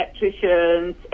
electricians